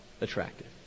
attractive